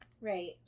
Right